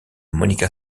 monica